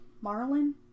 Marlin